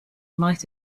might